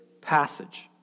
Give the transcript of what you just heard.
passage